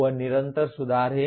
वह निरंतर सुधार है